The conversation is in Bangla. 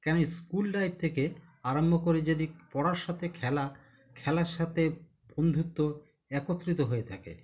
কেন স্কুল লাইফ থেকে আরম্ভ করে যদি পড়ার সাথে খেলা খেলার সাথে বন্ধুত্ব একত্রিত হয়ে থাকে